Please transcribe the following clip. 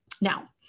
Now